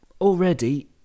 already